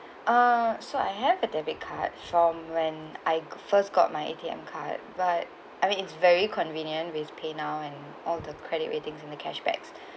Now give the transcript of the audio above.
uh so I have a debit card from when I first got my A_T_M card but I mean it's very convenient with paynow and all the credit rating from the cash back